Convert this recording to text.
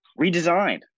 redesigned